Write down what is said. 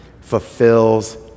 fulfills